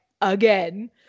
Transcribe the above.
again